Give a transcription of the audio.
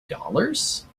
dollars